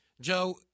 Joe